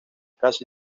casi